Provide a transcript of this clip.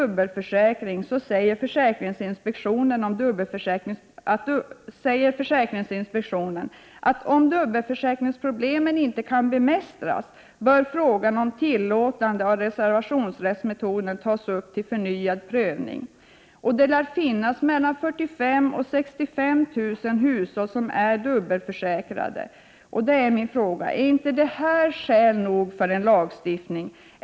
Beträffande dubbelförsäkring säger försäkringsinspektionen att om dubbelförsäkringsproblemen inte kan bemästras bör frågan om tillåtande av reservationsrättsmetoden tas upp till förnyad prövning. Det lär finnas mellan 45 000 och 65 000 hushåll som är dubbelförsäkrade. Då frågar jag: Är inte detta skäl nog för en lagstiftning?